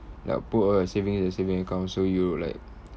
like put all your saving in a saving account so you like